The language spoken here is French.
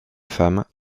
femme